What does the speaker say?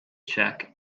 check